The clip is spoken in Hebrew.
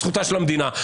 זכותה של המדינה.